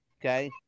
Okay